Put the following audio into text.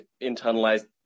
internalized